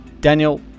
Daniel